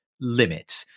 limits